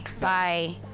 Bye